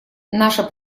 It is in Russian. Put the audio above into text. наше